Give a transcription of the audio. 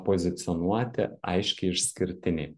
pozicionuoti aiškiai išskirtiniai